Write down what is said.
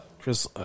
Chris